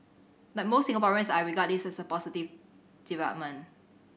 like most Singaporeans I regard this as a positive development